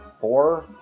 four